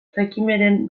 requiemaren